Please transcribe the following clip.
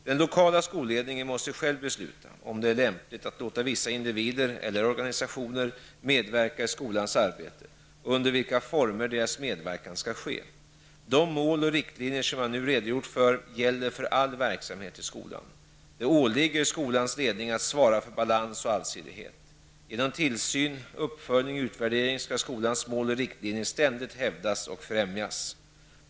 Den lokala skolledningen måste själv besluta om det är lämpligt att låta vissa individer eller organisationer medverka i skolans arbete och under vilka former deras medverkan skall ske. De mål och riktlinjer som jag nu redogjort för gäller för all verksamhet i skolan. Det åligger skolans ledning att svara för balans och allsidighet. Genom tillsyn, uppföljning och utvärdering skall skolans mål och riktlinjer ständigt hävdas och främjas.